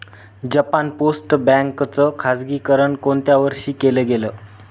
Japan post bank च खाजगीकरण कोणत्या वर्षी केलं गेलं?